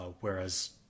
whereas